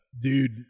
dude